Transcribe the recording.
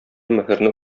мөһерне